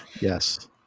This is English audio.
Yes